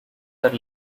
are